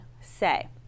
say